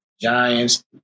Giants